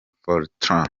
fortran